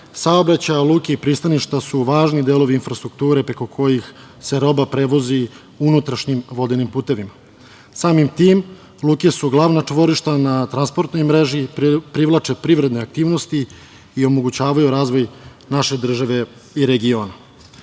saobraćaj a luke i pristaništa su važni delovi infrastrukture preko kojih se roba prevozi unutrašnjim vodenim putevima. Samim tim, luke su glavna čvorišta na transportnoj mreži, privlače privredne aktivnosti i omogućavaju razvoj naše države i regiona. Takođe